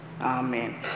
Amen